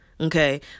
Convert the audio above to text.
Okay